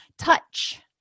Touch